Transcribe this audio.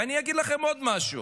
ואני אגיד לכם עוד משהו.